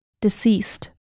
Deceased